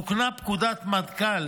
תוקנה פקודת מטכ"ל